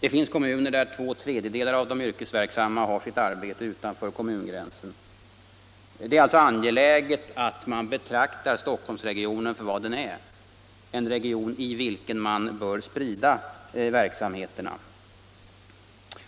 Det finns kommuner där två tredjedelar av de i kommunen boende yrkesverksamma har sitt arbete utanför kommungränsen. Det är alltså angeläget att man betraktar Stockholmsregionen som en region i vilken man bör sprida verksamheterna.